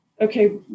okay